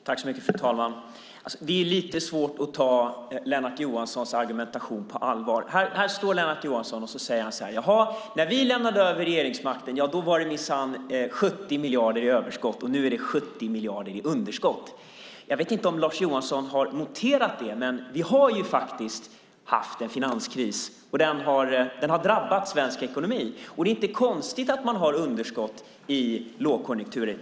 Fru talman! Det är lite svårt att ta Lars Johanssons argumentation på allvar. Här står Lars Johansson och säger: När vi lämnade över regeringsmakten var det minsann 70 miljarder i överskott, och nu är det är 70 miljarder i underskott. Jag vet inte om Lars Johansson har noterat det, men vi har faktiskt haft en finanskris och den har drabbat svensk ekonomi. Det är inte konstigt att man har underskott i lågkonjunkturer.